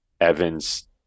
Evan's